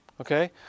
Okay